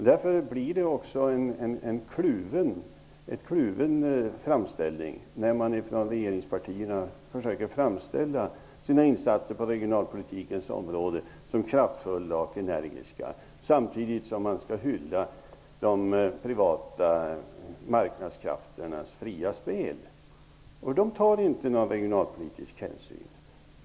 Därför blir det också en kluven framställning när man från regeringspartierna försöker framställa sina insatser på regionalpolitikens område som kraftfulla och energiska, samtidigt som man skall hylla de privata marknadskrafternas fria spel. De tar inte någon regionalpolitisk hänsyn.